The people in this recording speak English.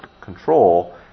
control